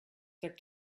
that